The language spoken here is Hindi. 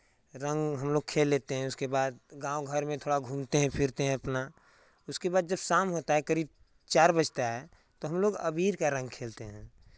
रंग हम लोग खेल लेते हैं उसके बाद गाँव घर में थोड़ा घूमते हैं फिरते हैं अपना उसके बाद जब शाम होता है करीब चार बजता है तो हम लोग अबीर का रंग खेलते हैं